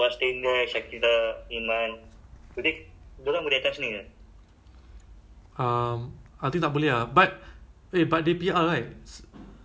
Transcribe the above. ah they they can say ah ya they can use the fact that their house right at clementi need to do something ah right collect the mail the mailbox ah because